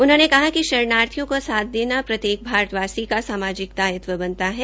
उन्होंने कहा कि शरणार्थियों का साथ्ज्ञ देना प्रत्येक भारतवासी का सामाजिक दायित्व बनता है